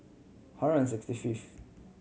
hundred and sixty fifth